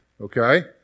okay